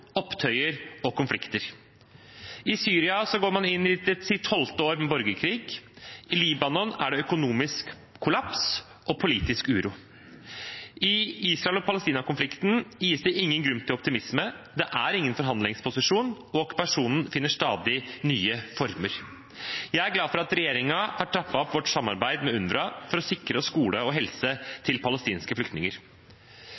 opptøyer og konflikter. I Syria går man inn i sitt tolvte år med borgerkrig, i Libanon er det økonomisk kollaps og økonomisk uro. I Israel–Palestina-konflikten finnes det ingen grunn til optimisme; det er ingen forhandlingsposisjon, og okkupasjonen finner stadig nye former. Jeg er glad for at regjeringen har trappet opp vårt samarbeid med UNRWA for å sikre skole og helse